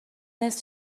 نصف